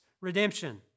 redemption